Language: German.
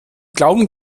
glauben